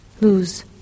lose